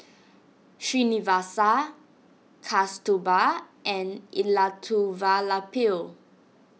Srinivasa Kasturba and Elattuvalapil